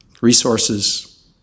Resources